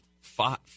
five